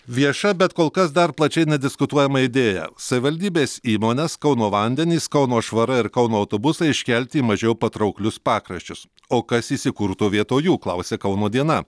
vieša bet kol kas dar plačiai diskutuojama idėja savivaldybės įmonės kauno vandenys kauno švara ir kauno autobusai iškelti į mažiau patrauklius pakraščius o kas įsikurtų vietoj jų klausia kauno diena